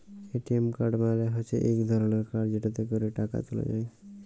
ATM card মালে হচ্যে ইক ধরলের কাড় যেটতে ক্যরে টাকা ত্যুলা যায়